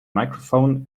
microphone